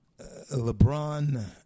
LeBron